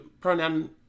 pronoun